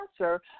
answer